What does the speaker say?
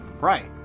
Right